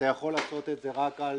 יכול לעשות את זה רק על